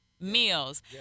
meals